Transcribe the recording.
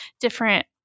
different